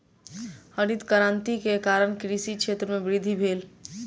हरित क्रांति के कारण कृषि क्षेत्र में वृद्धि भेल